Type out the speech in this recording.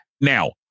now